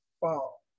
fall